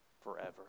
forever